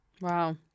Wow